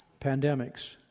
Pandemics